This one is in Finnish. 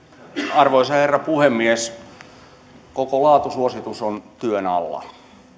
arvoisa herra puhemies koko laatusuositus on työn alla